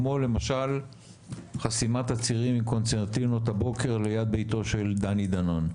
כמו למשל חסימת הצירים עם קונצרטינות הבוקר ליד ביתו של דני דנון,